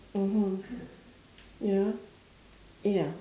mmhmm ya ya